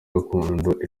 gakondo